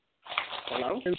Hello